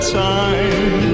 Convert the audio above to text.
time